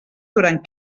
durant